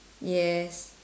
yes